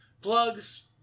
Plugs